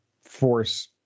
force